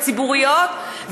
הציבוריות,